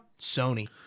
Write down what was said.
Sony